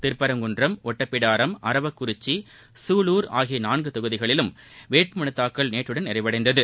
திருப்பரங்குன்றம் ஒட்டப்பிடாரம் அரவக்குறிச்சி சூலூர் ஆகிய நான்கு தொகுதிகளிலும் வேட்புமனு தாக்கல் நேற்றுடன் நிறைவடைந்தது